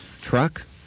Truck